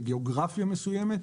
לגיאוגרפיה מסוימת.